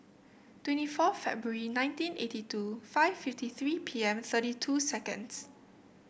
twenty four February nineteen eighty two five fifty three P M thirty two seconds